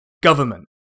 government